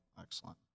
excellent